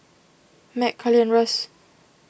Mack Karli and Russ